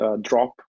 drop